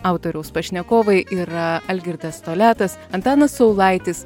autoriaus pašnekovai yra algirdas toliatas antanas saulaitis